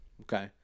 Okay